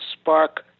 spark